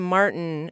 Martin